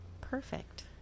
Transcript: Perfect